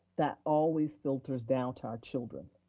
that always filters down to our children.